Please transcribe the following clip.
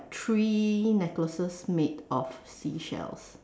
three necklaces made of seashells